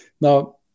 Now